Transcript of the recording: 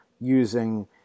using